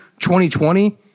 2020